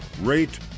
rate